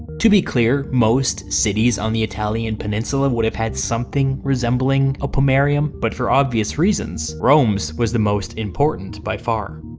to be clear, most cities on the italian peninsula would have had something resembling a pomerium, but for obvious reasons rome's was the most important by far.